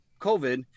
COVID